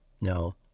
No